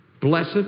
Blessed